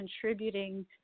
contributing